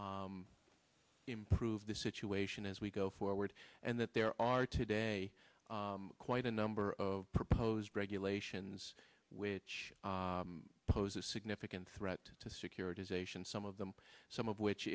to improve the situation as we go forward and that there are today quite a number of proposed regulations which pose a significant threat to securitization some of them some of which